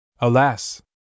Alas